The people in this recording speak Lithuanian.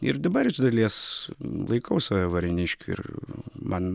ir dabar iš dalies laikau save varėniškių ir man